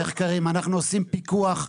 אנחנו עושים פיקוח.